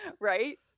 right